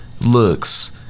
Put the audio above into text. looks